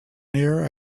near